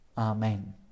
Amen